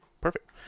Perfect